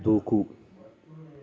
దూకు